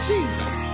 Jesus